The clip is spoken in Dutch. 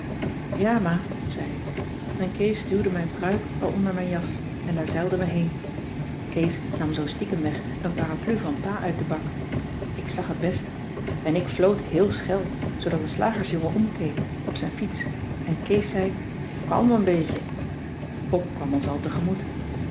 ja ma zei ik en kees duwde mijn pruik al onder mijn jas en daar zeilden we heen kees nam zoo stiekumweg een parapluie van pa uit den bak ik zag het best en ik floot heel schel zoodat een slagersjongen omkeek op zijn fiets en kees zei kalm n beetje pop kwam ons al